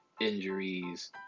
injuries